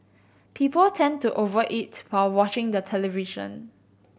people tend to over eat while watching the television